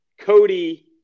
Cody